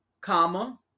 comma